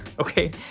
okay